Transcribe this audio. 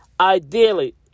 Ideally